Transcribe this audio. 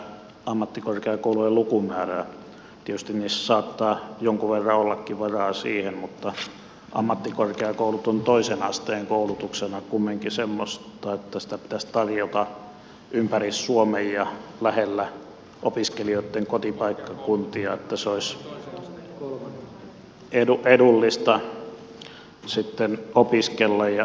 tietysti niissä saattaa jonkun verran ollakin varaa siihen mutta ammattikorkeakoulutus on toisen asteen koulutuksena kumminkin semmoista että sitä pitäisi tarjota ympäri suomen ja lähellä opiskelijoitten kotipaikkakuntia että olisi edullista sitten opiskella ja saavuttaa se koulutus